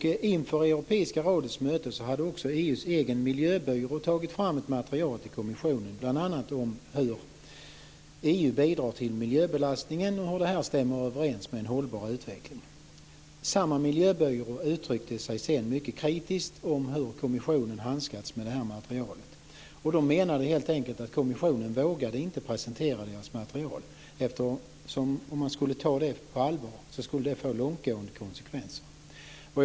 Inför Europeiska rådets möte hade också EU:s egen miljöbyrå tagit fram ett material till kommissionen, bl.a. om hur EU bidrar till miljöbelastningen och hur det stämmer överens med en hållbar utveckling. Samma miljöbyrå uttryckte sig sedan mycket kritiskt om hur kommissionen handskats med det här materialet. De menade helt enkelt att kommissionen inte vågade presentera deras material eftersom det skulle få långtgående konsekvenser om man skulle ta det på allvar.